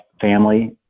family